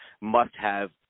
must-have